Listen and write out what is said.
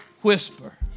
whisper